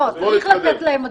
לא, צריך לתת להם עדיפות.